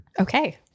Okay